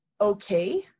okay